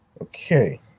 okay